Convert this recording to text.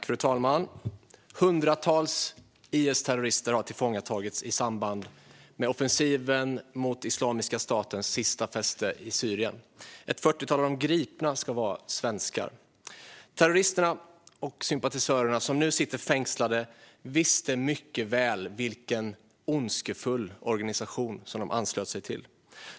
Fru talman! Hundratals IS-terrorister har tillfångatagits i samband med offensiven mot Islamiska statens sista fäste i Syrien. Ett fyrtiotal av de gripna ska vara svenskar. Terroristerna och sympatisörerna som nu sitter fängslade visste mycket väl vilken ondskefull organisation som de anslöt sig till.